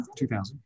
2000